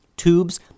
Tubes